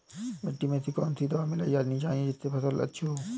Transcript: मिट्टी में ऐसी कौन सी दवा मिलाई जानी चाहिए जिससे फसल अच्छी हो?